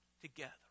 together